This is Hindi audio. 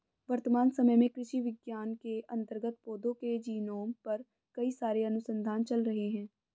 वर्तमान समय में कृषि विज्ञान के अंतर्गत पौधों के जीनोम पर कई सारे अनुसंधान चल रहे हैं